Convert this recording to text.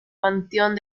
panteón